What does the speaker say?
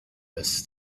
this